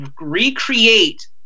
recreate